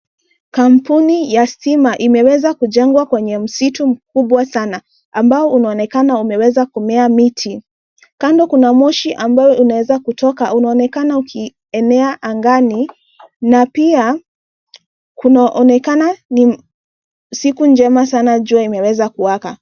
Kampuni ya stima imeweza kujengwa kwenye msitu mkubwa sana ambao unaonekana kumea miti. Kando kuna moshi ambayo inaweza kutoka. Unaonekana ukienea angani na pia na kunaonekana ni siku njema sana jua imeweza kuwaka.